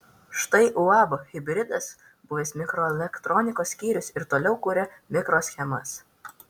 štai uab hibridas buvęs mikroelektronikos skyrius ir toliau kuria mikroschemas